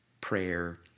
prayer